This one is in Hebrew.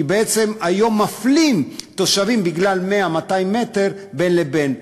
כי בעצם היום מפלים תושבים בגלל 100 200 מטר בין לבין.